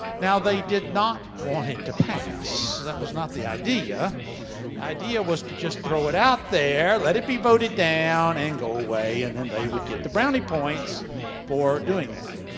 now, they did not want it to pass. that was not the idea the idea was to just throw it out there, let it be voted down, and go away and then they would get the brownie points for doing that.